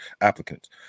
applicants